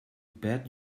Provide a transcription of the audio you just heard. bet